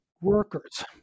workers